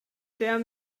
der